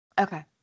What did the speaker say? Okay